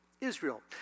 Israel